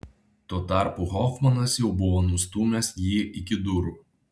tuo tarpu hofmanas jau buvo nustūmęs jį iki durų